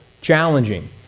challenging